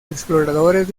exploradores